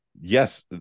yes